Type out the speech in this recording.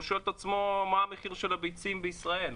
שואל את עצמו מה המחיר של הביצים בישראל,